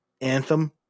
anthem